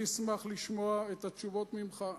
אני אשמח לשמוע את התשובות ממך.